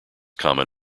common